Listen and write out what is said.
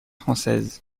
française